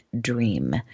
Dream